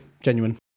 Genuine